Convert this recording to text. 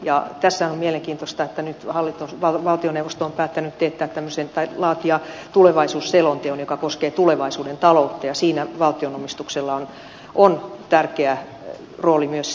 tässähän on mielenkiintoista että nyt valtioneuvosto on päättänyt laatia tulevaisuusselonteon joka koskee tulevaisuuden taloutta ja siinä valtionomistuksella on tärkeä rooli myös sijoittamisessa